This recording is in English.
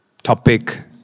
topic